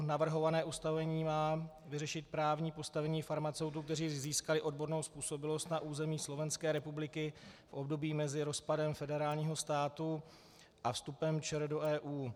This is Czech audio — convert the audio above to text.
Navrhované ustanovení má vyřešit právní postavení farmaceutů, kteří získali odbornou způsobilost na území Slovenské republiky v období mezi rozpadem federálního státu a vstupem ČR do EU.